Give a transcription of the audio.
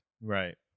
Right